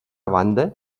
banda